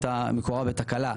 מקורה בתקלה,